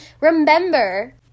remember